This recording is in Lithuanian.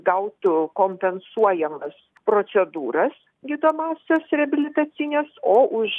gautų kompensuojamas procedūras gydomąsias reabilitacines o už